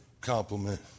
compliment